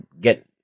get